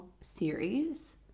series